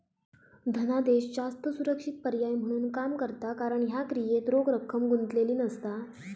धनादेश जास्त सुरक्षित पर्याय म्हणून काम करता कारण ह्या क्रियेत रोख रक्कम गुंतलेली नसता